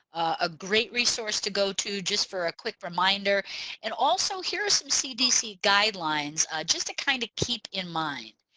a great resource to go to just for a quick reminder and also here are some cdc guidelines just to kind of keep in mind.